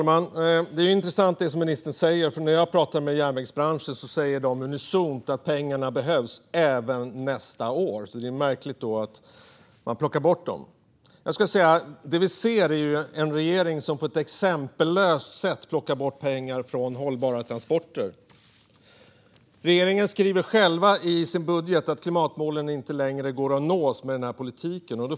Herr talman! Vad ministern säger är intressant. När jag pratar med järnvägsbranschen säger de unisont att pengarna behövs även nästa år. Det är då märkligt att plocka bort dem. Det vi ser är en regering som på ett exempellöst sätt plockar bort pengar från hållbara transporter. Regeringen skriver själv i sin budget att klimatmålen inte kan nås med denna politik.